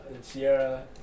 Sierra